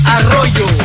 Arroyo